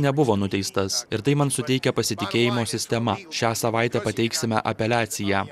nebuvo nuteistas ir tai man suteikia pasitikėjimo sistema šią savaitę pateiksime apeliaciją